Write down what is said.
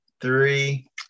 three